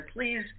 please